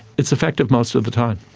it's effective most of the time.